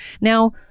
now